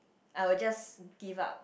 I would just give up